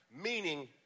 Meaning